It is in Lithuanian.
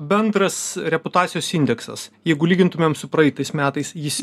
bendras reputacijos indeksas jeigu lygintumėm su praeitais metais jis